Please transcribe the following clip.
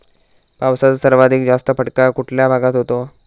पावसाचा सर्वाधिक जास्त फटका कुठल्या भागात होतो?